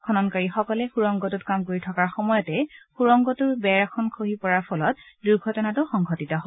খননকাৰীসকলে সূৰংগটোত কাম কৰি থকা সময়তে সূৰংগটোৰ বেৰ এখন খহি পৰাৰ ফলত দুৰ্ঘটনাটো সংঘটিত হয়